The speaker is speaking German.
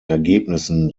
ergebnissen